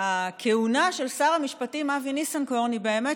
הכהונה של שר המשפטים אבי ניסנקורן היא באמת